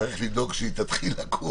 צריך לדאוג שהיא תתחיל לקום.